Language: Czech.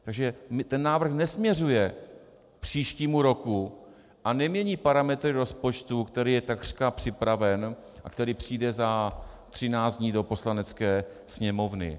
Takže ten návrh nesměřuje k příštímu roku a nemění parametry rozpočtu, který je takřka připraven a který přijde za 13 dní do Poslanecké sněmovny.